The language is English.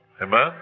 Amen